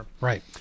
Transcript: right